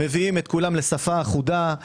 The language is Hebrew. מביאים את כולם לשפה אחודה.